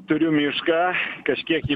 turiu mišką kažkiek jį